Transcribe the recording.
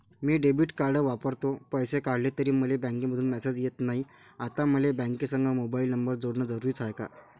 मी debit card वापरतो, पैसे काढले तरी मले बँकेमंधून मेसेज येत नाय, आता मले बँकेसंग मोबाईल नंबर जोडन जरुरीच हाय का?